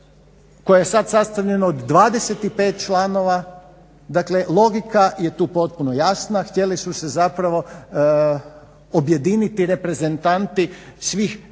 koje je sad sastavljeno od 25 članova. Dakle, logika je tu potpuno jasna htjeli su se zapravo objediniti reprezentanti svih dvaju